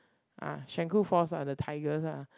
ah Shenkuu falls are the tigers ah